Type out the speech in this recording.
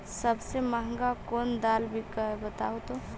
सबसे महंगा कोन दाल बिक है बताहु तो?